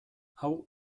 hau